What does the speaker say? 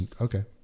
Okay